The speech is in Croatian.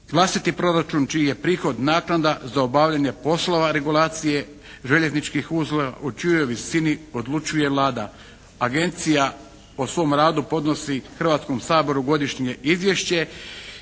vlastiti proračun čiji je prihod naknada za obavljanje poslova regulacije željezničkih usluga o čijoj visini odlučuje Vlada. Agencija o svom radu podnosi Hrvatskom saboru godišnje izvješće